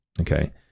okay